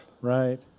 right